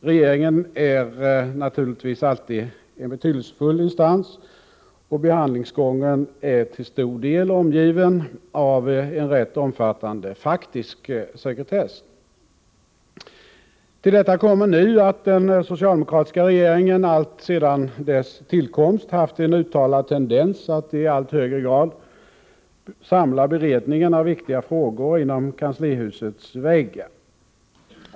Regeringen är naturligtvis alltid en betydelsefull instans, och behandlingsgången är till stor del omgiven av en rätt omfattande faktisk sekretess. Till detta kommer nu att den socialdemokratiska regeringen alltsedan dess tillkomst haft en uttalad tendens att i allt högre grad samla beredningen av viktiga frågor inom kanslihusets väggar.